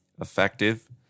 effective